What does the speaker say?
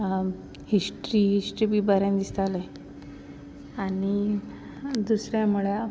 history history बी बरें दिसतालें आनी दुसरें म्हळ्यार